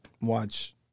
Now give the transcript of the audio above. watch